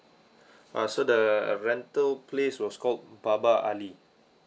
uh so the rental place was called baba ali